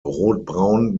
rotbraun